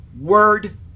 word